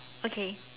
okay